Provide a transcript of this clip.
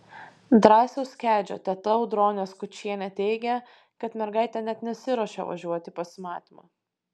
drąsiaus kedžio teta audronė skučienė teigė kad mergaitė net nesiruošė važiuoti į pasimatymą